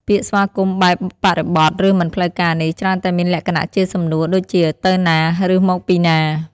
ពាក្យស្វាគមន៍បែបបរិបទឬមិនផ្លូវការនេះច្រើនតែមានលក្ខណៈជាសំណួរដូចជា “ទៅណា?” ឬ “មកពីណា?”។